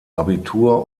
abitur